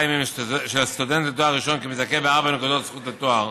ימים של הסטודנט לתואר ראשון כמזכה בארבע נקודות זכות לתואר